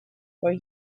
were